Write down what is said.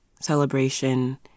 celebration